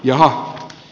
juha